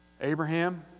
Abraham